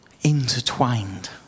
intertwined